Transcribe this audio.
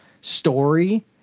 story